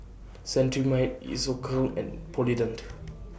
Cetrimide Isocal and Polident